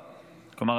כלומר,